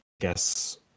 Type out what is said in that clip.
guess